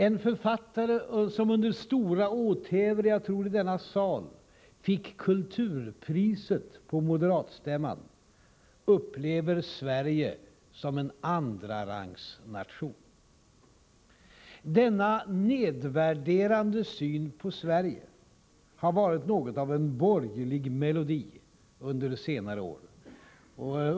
En författare, som under stora åthävor erhöll kulturpriset på moderatstämman i denna sal, upplever Sverige som en ”andrarangsnation”. Denna nedvärderande syn på Sverige har varit något av en borgerlig melodi under senare år.